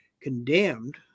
condemned